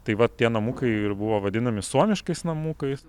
tai va tie namukai ir buvo vadinami suomiškais namukais